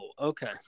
okay